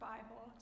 Bible